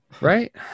Right